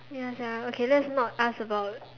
ya sia okay let's not ask about